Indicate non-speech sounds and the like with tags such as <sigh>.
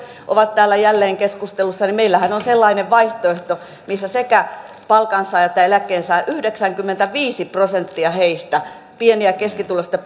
ovat täällä jälleen keskustelussa niin meillähän on sellainen vaihtoehto missä sekä palkansaajat että eläkkeensaajat yhdeksänkymmentäviisi prosenttia pieni ja keskituloisista <unintelligible>